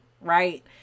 right